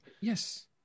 Yes